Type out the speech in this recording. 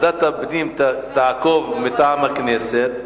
ועדת הפנים תעקוב מטעם הכנסת,